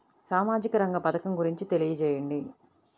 సామాజిక రంగ పథకం గురించి తెలియచేయండి?